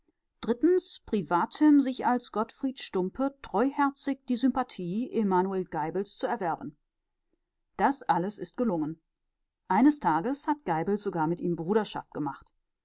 privatim sich als gottfried stumpe treuherzig die sympathie emanuel geibels zu erwerben das alles ist gelungen eines tages hat geibel sogar mit ihm brüderschaft gemacht